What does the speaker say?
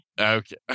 Okay